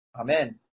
Amen